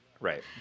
Right